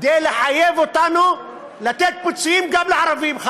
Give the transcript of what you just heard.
כדי לחייב אותנו לתת פיצויים גם לערבים,